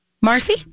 Marcy